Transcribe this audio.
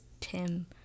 Tim